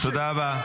תודה רבה.